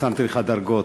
שמתי לך דרגות.